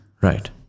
right